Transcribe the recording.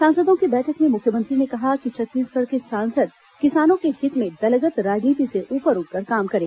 सांसदों की बैठक में मुख्यमंत्री ने कहा कि छत्तीसगढ़ के सांसद किसानों के हित में दलगत राजनीति से ऊपर उठकर काम करें